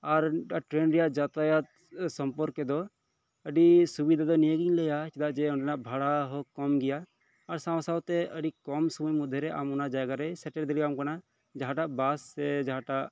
ᱟᱨ train ᱨᱮᱭᱟᱜ ᱡᱟᱛᱟᱭᱟᱛ ᱥᱚᱢᱯᱨᱠᱮ ᱫᱚ ᱟᱹᱰᱤ ᱥᱩᱵᱤᱫᱷᱟ ᱫᱚ ᱱᱤᱭᱟᱹ ᱜᱮᱧ ᱞᱟᱹᱭᱟ ᱪᱮᱫᱟᱜ ᱡᱮ ᱚᱸᱰᱮᱱᱟᱜ ᱵᱷᱟᱲᱟ ᱦᱚᱸ ᱠᱚᱢ ᱜᱮᱭᱟ ᱟᱨ ᱥᱟᱶ ᱥᱟᱶᱛᱮ ᱟᱹᱰᱤ ᱠᱚᱢ ᱥᱳᱢᱳᱭ ᱢᱚᱫᱽᱫᱷᱮᱨᱮ ᱟᱢ ᱚᱱᱟ ᱡᱟᱭᱜᱟᱨᱮᱭ ᱥᱮᱴᱮᱨ ᱫᱟᱲᱮᱭᱟᱢ ᱠᱟᱱᱟ ᱡᱟᱦᱟᱸᱴᱟᱜ ᱵᱟᱥ ᱥᱮ ᱡᱟᱦᱟᱴᱟᱜ